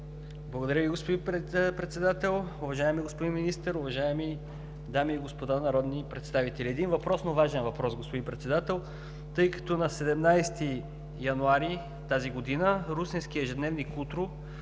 Благодаря Ви, господин Председател. Уважаеми господин Министър, уважаеми дами и господа народни представители! Един въпрос, но важен въпрос, господин Председател, тъй като на 17 януари тази година русенският ежедневник „Утро“